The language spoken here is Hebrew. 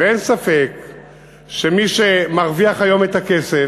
כמו שאמרתי,